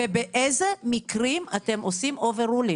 ובאיזה מקרים אתם עושים overruling,